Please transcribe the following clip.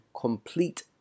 complete